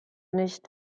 nicht